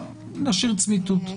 נשאיר צמיתות.